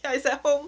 ya it's at home